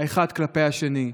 האחד כלפי השני,